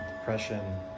depression